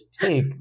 take